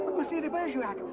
monsieur de bergerac,